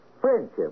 friendship